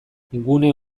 gure